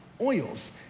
oils